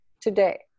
today